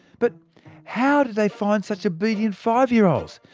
but how did they find such obedient five-year-olds?